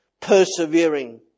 persevering